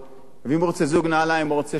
ואם הוא רוצה זוג נעליים או רוצה שעון,